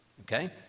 okay